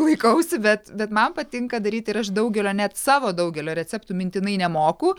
laikausi bet bet man patinka daryti ir aš daugelio net savo daugelio receptų mintinai nemoku